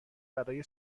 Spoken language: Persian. برای